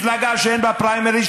1. מפלגה שאין בה פריימריז,